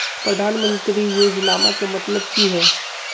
प्रधानमंत्री योजनामा के मतलब कि हय?